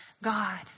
God